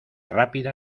rápida